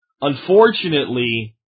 Unfortunately